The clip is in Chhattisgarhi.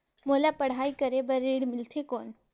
मोला पढ़ाई करे बर ऋण मिलथे कौन?